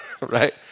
Right